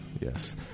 Yes